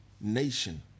nation